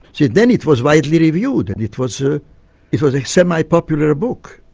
see, then it was widely reviewed and it was ah it was a semi-popular book,